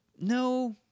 No